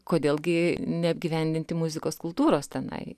kodėl gi neapgyvendinti muzikos kultūros tenai